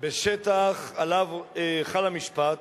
בשטח שעליו חלים המשפט,